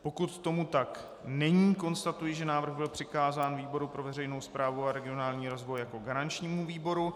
Pokud tomu tak není, konstatuji, že návrh byl přikázán výboru pro veřejnou správu a regionální rozvoj jako garančnímu výboru.